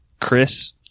Chris